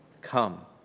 Come